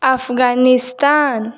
Afghanistan